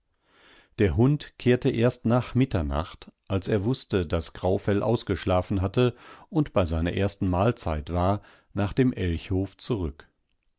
der hund kehrte erst nach mitternacht als er wußte daß graufell ausgeschlafen hatte und bei seiner ersten mahlzeit war nach dem elchhof zurück